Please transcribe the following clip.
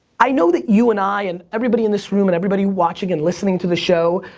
i know that you and i and everybody in this room, and everybody watching and listening to the show,